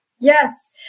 Yes